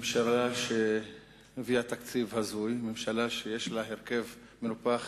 ממשלה שהביאה תקציב הזוי, ממשלה שיש לה הרכב מנופח